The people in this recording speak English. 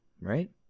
right